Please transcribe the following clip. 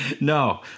No